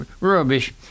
rubbish